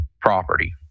property